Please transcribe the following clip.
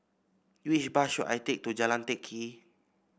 which bus should I take to Jalan Teck Kee